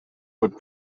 would